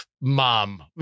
mom